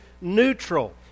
neutral